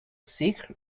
sick